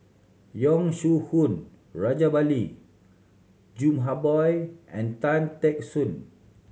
Yong Shu Hoong Rajabali Jumabhoy and Tan Teck Soon